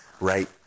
right